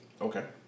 Okay